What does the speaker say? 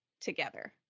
together